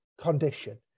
condition